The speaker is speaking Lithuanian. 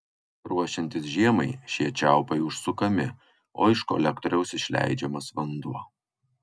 ruošiantis žiemai šie čiaupai užsukami o iš kolektoriaus išleidžiamas vanduo